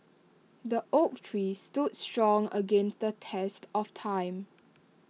the oak trees stood strong against the test of time